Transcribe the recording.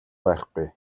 байхгүй